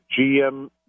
GM